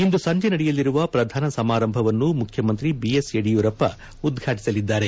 ಇಂದು ಸಂಜೆ ನಡೆಯಲಿರುವ ಪ್ರಧಾನ ಸಮಾರಂಭವನ್ನು ಮುಖ್ಯಮಂತ್ರಿ ಬಿಎಸ್ ಯಡಿಯೂರಪ್ಪ ಉದ್ಘಾಟಿಸಲಿದ್ದಾರೆ